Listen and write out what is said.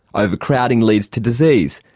overcrowding leads to disease,